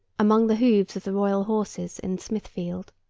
among the hoofs of the royal horses in smithfield.